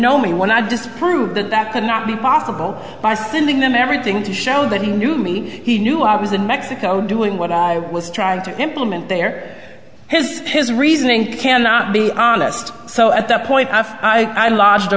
know me when i disproved that that could not be possible by sending them everything to show that he knew me he knew i was in mexico doing what i was trying to implement there his his reasoning can not be honest so at that point